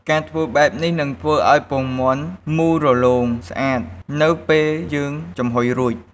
ការធ្វើបែបនេះនឹងធ្វើឲ្យពងមាន់មូលរលោងស្អាតនៅពេលយើងចំហុយរួច។